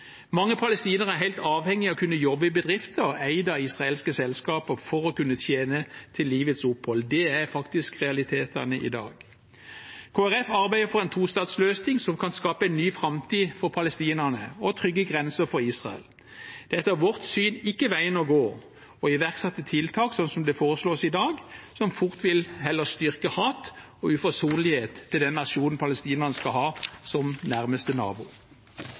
Mange palestinere er helt avhengig av å kunne jobbe i bedrifter eid av israelske selskaper for å kunne tjene til livets opphold. Det er faktisk realitetene i dag. Kristelig Folkeparti arbeider for en tostatsløsning som kan skape en ny framtid for palestinerne og trygge grenser for Israel. Etter vårt syn er det ikke veien å gå å iverksette tiltak som det foreslås i dag, noe som fort heller vil styrke hat og uforsonlighet til den nasjonen palestinerne skal ha som nærmeste nabo.